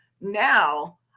now